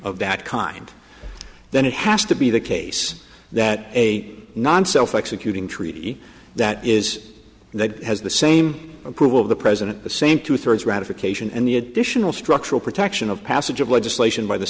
of that kind then it has to be the case that a non self executing treaty that is that has the same approval of the president the same two thirds ratification and the additional structural protection of passage of legislation by the